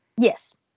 Yes